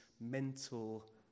mental